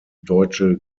deutsche